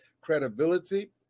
credibility